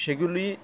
সেগুলি